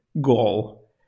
goal